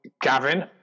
Gavin